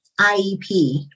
IEP